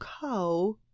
cow